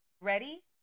Ready